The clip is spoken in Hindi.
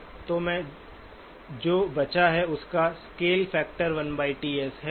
तो मैं जो बचा है उसका स्केल फैक्टर 1Ts है